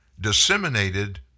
disseminated